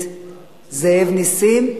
זאב נסים.